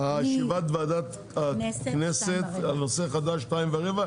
אני --- ישיבת ועדת הכנסת על נושא החדש ב-14:15,